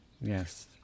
Yes